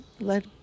let